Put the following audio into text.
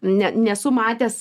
ne nesu matęs